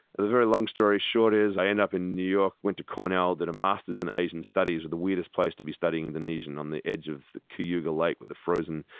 the very long story short is i ended up in new york, went to cornell, did a master's in asian studies. the weirdest place to be studying indonesian, on the edge of the cayuga lake with the frozen,